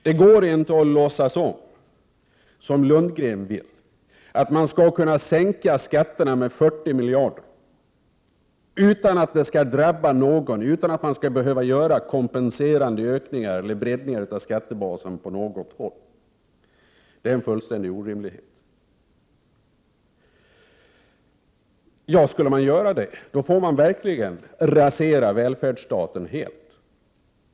Det går inte — som Bo Lundgren vill — att låtsas som om man skall kunna sänka skatterna med 40 miljarder kronor utan att det skall drabba någon eller utan att man behöver göra kompenserande ökningar eller breddningar av skattebasen på något håll. Det är en fullständig orimlighet. Skulle man göra det får man verkligen rasera välfärdsstaten helt.